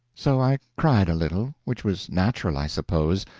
so i cried a little, which was natural, i suppose,